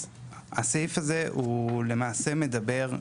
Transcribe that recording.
אז הסעיף הזה למעשה מדבר,